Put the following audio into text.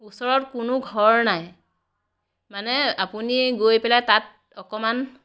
ওচৰত কোনো ঘৰ নাই মানে আপুনি গৈ পেলাই তাত অকণমান